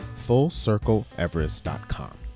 fullcircleeverest.com